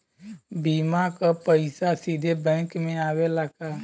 बीमा क पैसा सीधे बैंक में आवेला का?